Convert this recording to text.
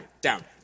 Down